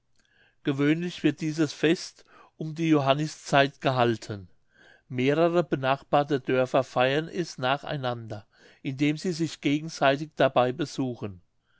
gewöhnlich wird dies fest um die johanneszeit gehalten mehrere benachbarte dörfer feiern es nach einander indem sie sich gegenseitig dabei besuchen